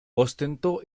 ostentó